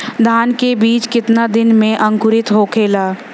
धान के बिज कितना दिन में अंकुरित होखेला?